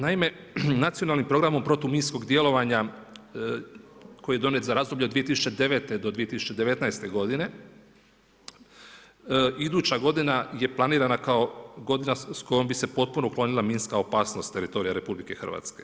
Naime, Nacionalnim programom protuminskog djelovanja koji je donijet za razdoblje od 2009. do 2019. godine iduća godina je planirana kao godina s kojom bi se potpuno uklonila minska opasnost teritorija RH.